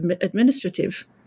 administrative